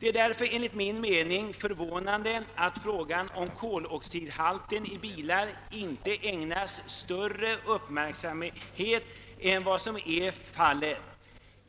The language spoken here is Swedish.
Det är därför enligt min mening förvånande att frågan om koloxidhalten i bilar inte ägnas större uppmärksamhet än vad som är fallet.